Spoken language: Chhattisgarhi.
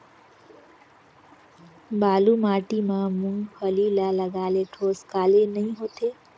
बालू माटी मा मुंगफली ला लगाले ठोस काले नइ होथे?